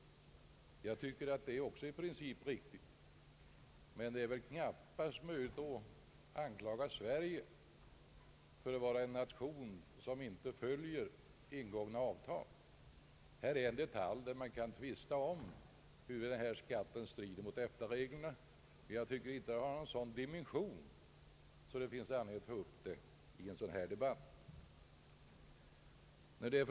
Även jag anser att det i princip skall vara så. Men det är väl knappast möjligt att anklaga Sverige för att vara ett land som inte följer ingångna avtal. Man kan tvista om den här aktuella skatten strider mot EFTA reglerna. Jag anser inte att frågan har en sådan dimension att det finns anledning att ta upp en debatt om den här.